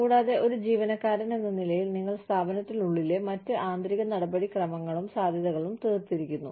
കൂടാതെ ഒരു ജീവനക്കാരൻ എന്ന നിലയിൽ നിങ്ങൾ സ്ഥാപനത്തിനുള്ളിലെ മറ്റ് ആന്തരിക നടപടിക്രമങ്ങളും സാധ്യതകളും തീർത്തിരിക്കുന്നു